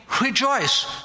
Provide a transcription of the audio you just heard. rejoice